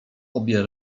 obie